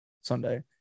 Sunday